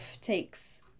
takes